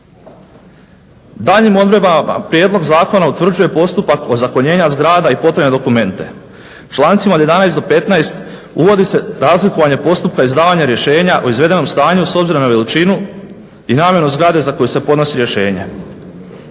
Daljnjim odredbama prijedlog zakona utvrđuje postupak ozakonjenja zgrada i potrebne dokumente. Člancima od 11. do 15. uvodi se razlikovanje postupka izdavanja rješenja o izvedenom stanju s obzirom na veličinu i namjenu zgrade za koju se podnosi rješenje.